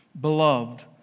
Beloved